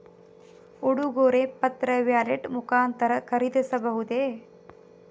ಉಡುಗೊರೆ ಪತ್ರ ವ್ಯಾಲೆಟ್ ಮುಖಾಂತರ ಖರೀದಿಸಬಹುದೇ?